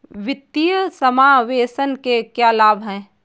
वित्तीय समावेशन के क्या लाभ हैं?